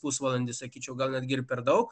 pusvalandį sakyčiau gal netgi per daug